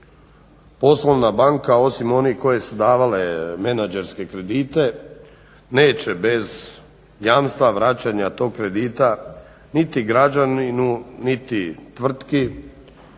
poslovna banka osim onih koje su davale menadžerske kredite, neće bez jamstva vraćanja tog kredita niti građaninu niti tvrtki osim